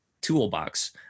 toolbox